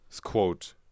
quote